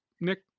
Nick